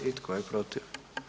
I tko je protiv?